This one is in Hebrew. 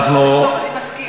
לא: אני מסכים.